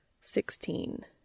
Sixteen